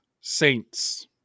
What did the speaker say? Saints